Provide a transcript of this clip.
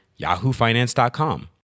yahoofinance.com